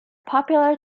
popular